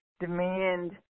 demand